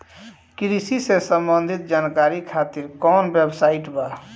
कृषि से संबंधित जानकारी खातिर कवन वेबसाइट बा?